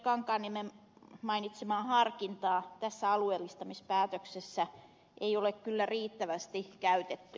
kankaanniemen mainitsemaa harkintaa tässä alueellistamispäätöksessä ei ole kyllä riittävästi käytetty